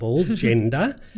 gender